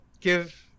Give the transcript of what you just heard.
give